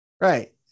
right